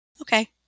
Okay